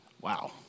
Wow